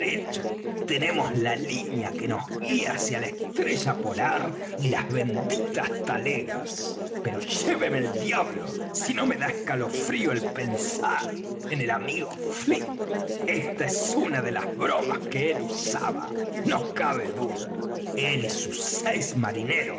derecho tenemos la línea que nos guía hacia la estrella polar y las benditas talegas pero lléveme el diablo si no me da calofrío el pensar en el amigo flint esta es una de las bromas que él usaba no cabe duda él y sus seis marineros